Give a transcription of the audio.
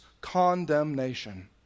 condemnation